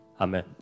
Amen